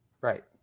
Right